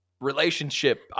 relationship